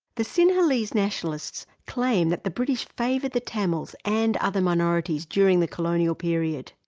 the sinhalese nationalists claim that the british favoured the tamils and other minorities during the colonial period.